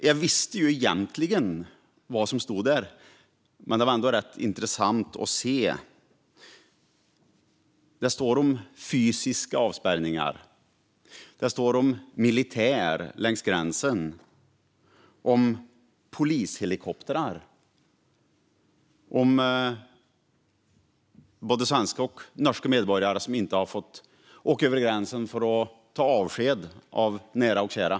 Jag visste egentligen vad som stod där, men det var ändå rätt intressant att se. Det står om fysiska avspärrningar. Det står om militär längs gränsen. Det står om polishelikoptrar. Det står om både svenska och norska medborgare som inte fått åka över gränsen för att ta avsked av nära och kära.